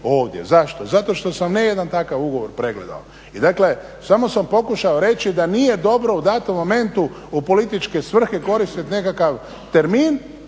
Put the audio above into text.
ovdje. Zašto? Zato što sam ne jedan takav ugovor pregledao i dakle samo sam pokušao reći da nije dobro u datom momentu u političke svrhe koristiti nekakav termin